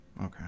Okay